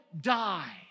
die